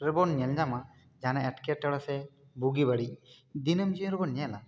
ᱨᱮᱵᱚᱱ ᱧᱮᱞ ᱧᱟᱢᱟ ᱡᱟᱦᱟᱱᱟᱜ ᱮᱴᱠᱮᱴᱚᱬᱮ ᱥᱮ ᱵᱩᱜᱤ ᱵᱟᱹᱲᱤᱡ ᱫᱤᱱᱟᱹᱢ ᱡᱤᱭᱚᱱ ᱨᱮᱵᱚᱱ ᱧᱮᱞᱟ